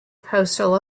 postal